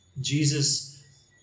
Jesus